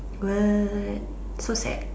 what so sad